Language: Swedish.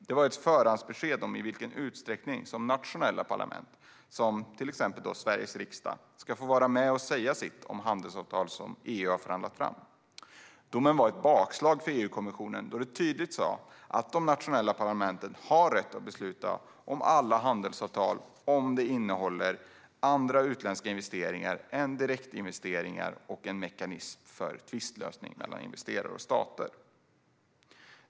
Det var ett förhandsbesked om i vilken utsträckning som nationella parlament, som Sveriges riksdag, ska få vara med och säga sitt om handelsavtal som EU har förhandlat fram. Domen var ett bakslag för EU-kommissionen då den tydligt sa att de nationella parlamenten har rätt att besluta om alla handelsavtal om de innehåller andra utländska investeringar än direktinvesteringar och en mekanism för tvistlösning mellan investerare och stater.